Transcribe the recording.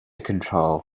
control